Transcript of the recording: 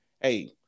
hey